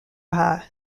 pas